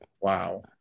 Wow